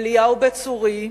אליהו בית-צורי,